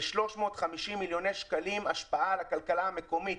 כ-350 מיליוני שקלים השפעה על הכלכלה המקומית,